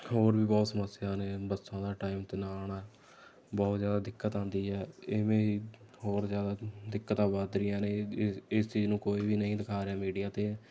ਹੋਰ ਵੀ ਬਹੁਤ ਸਮੱਸਿਆ ਨੇ ਬੱਸਾਂ ਦਾ ਟਾਈਮ 'ਤੇ ਨਾ ਆਉਣਾ ਬਹੁਤ ਜ਼ਿਆਦਾ ਦਿੱਕਤ ਆਉਂਦੀ ਹੈ ਇਵੇਂ ਹੀ ਹੋਰ ਜ਼ਿਆਦਾ ਦਿੱਕਤਾਂ ਵੱਧ ਰਹੀਆਂ ਨੇ ਇਸ ਚੀਜ਼ ਨੂੰ ਕੋਈ ਵੀ ਨਹੀਂ ਦਿਖਾ ਰਿਹਾ ਮੀਡੀਆ 'ਤੇ